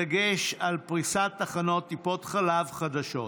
בדגש על פריסת תחנות טיפות חלב חדשות.